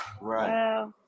Right